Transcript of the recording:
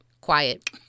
quiet